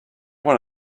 want